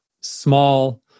small